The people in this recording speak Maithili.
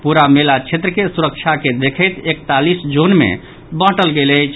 पूरा मेला क्षेत्र के सुरक्षा के देखैत एकतालीस जोन मे बांटल गेल अछि